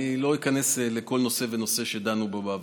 אני לא איכנס לכל נושא ונושא שדנו בו בעבר.